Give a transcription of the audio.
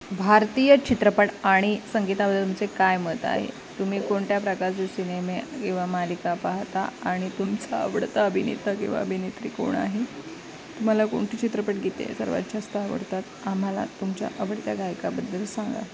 भारतीय चित्रपट आणि संगीताबद्दल तुमचे काय मत आहे तुम्ही कोणत्या प्रकारचे सिनेमे किंवा मालिका पाहता आणि तुमचा आवडता अभिनेता किंवा अभिनेत्री कोण आहे तुम्हाला कोणते चित्रपट गीते सर्वात जास्त आवडतात आम्हाला तुमच्या आवडत्या गायकाबद्दल सांगा